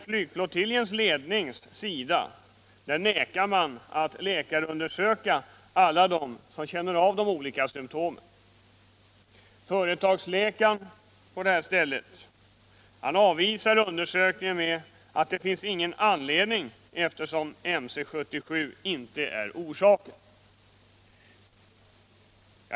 Flygflottiljens ledning nekar att läkarundersöka alla dem som känner av de olika symtomen. Företagsläkaren avvisar undersökningen med att det inte finns någon anledning, eftersom Mc 77 inte är orsaken.